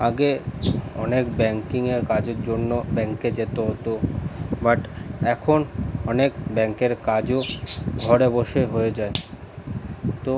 আগে অনেক ব্যাংকিংয়ের কাজের জন্য ব্যাংকে যেতে হতো বাট এখন অনেক ব্যাংকের কাজও ঘরে বসে হয়ে যায় তো